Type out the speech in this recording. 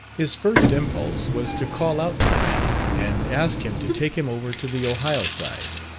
his first impulse was to call out to the man and ask him to take him over to the ohio side,